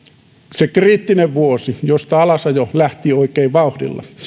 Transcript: se kriittinen vuosi josta alasajo lähti oikein vauhdilla